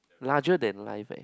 larger than life eh